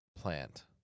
plant